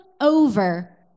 over